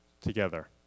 together